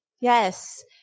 Yes